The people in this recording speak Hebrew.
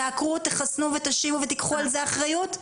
תעקרו, תחסנו ותשיבו ותיקחו על זה אחריות?